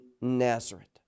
Nazareth